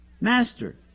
master